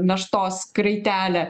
naštos kraitelę